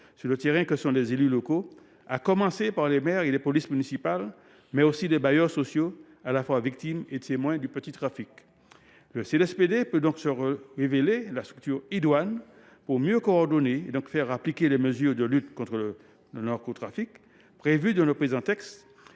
sur le terrain, à commencer par les maires et les policiers municipaux, mais aussi les bailleurs sociaux, à la fois victimes et témoins du petit trafic. Les CLSPD et CISPD peuvent donc se révéler les structures idoines pour mieux coordonner et mieux faire appliquer les mesures de lutte contre le narcotrafic qui figurent dans le présent texte,